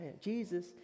Jesus